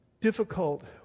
difficult